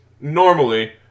normally